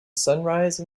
sunrise